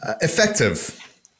effective